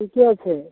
ठीके छै